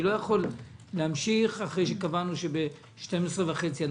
אני לא יכול להמשיך את הישיבה אחרי שקבענו שב-12:30 היא תסתיים.